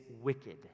wicked